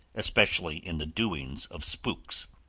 especially in the doings of spooks.